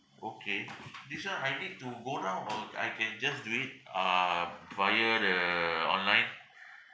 okay this [one] I need to go down or I can just do it um via the online